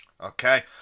Okay